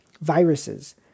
viruses